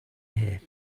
here